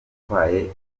utwaye